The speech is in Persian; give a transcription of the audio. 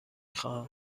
خواهم